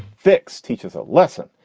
fixed teach us a lesson.